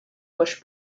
bush